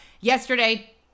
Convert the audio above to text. Yesterday